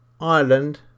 Ireland